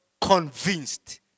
convinced